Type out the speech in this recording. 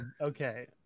Okay